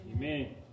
Amen